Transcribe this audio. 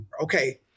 Okay